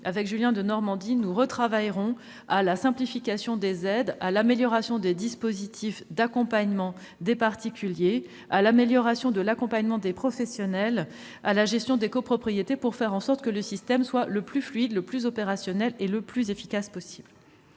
avec Julien Denormandie, nous retravaillerons à la simplification des aides, à l'amélioration des dispositifs d'accompagnement des particuliers, à l'amélioration de l'accompagnement des professionnels, à la gestion des copropriétés, pour en faire en sorte que le système soit le plus fluide, le plus opérationnel et le plus efficace possible.